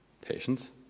Patience